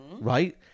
Right